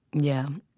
yeah.